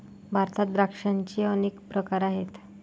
भारतात द्राक्षांचे अनेक प्रकार आहेत